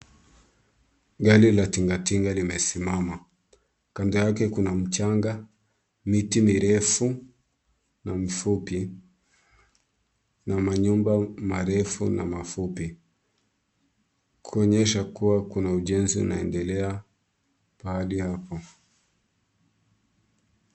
Gari la tingatinga limesimama. Kando yake kuna mchanga, miti mirefu na mfupi na manyumba marefu na mafupi. Kuonyesha kuwa kuna ujenzi unaendelea pahali hapa.